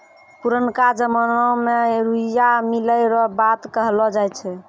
पुरनका जमाना मे रुइया मिलै रो बात कहलौ जाय छै